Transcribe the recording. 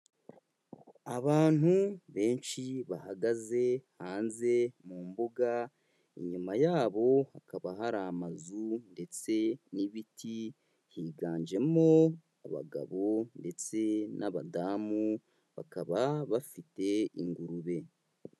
Abantu benshi bahagaze hanze mu mbuga, inyuma yabo hakaba hari amazu ndetse n'ibiti, higanjemo abagabo ndetse n'abadamu, bakaba bafite ingurube.